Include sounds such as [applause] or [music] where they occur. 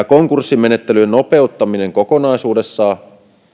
[unintelligible] konkurssimenettelyn nopeuttaminen kokonaisuudessaan